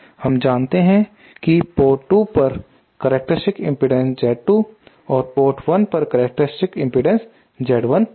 हम जानते हैं कि पोर्ट2 पर करक्टेरिस्टिक्स इम्पीडेन्स Z2 और पोर्ट 1 पर करक्टेरिस्टिक्स इम्पीडेन्स Z1 है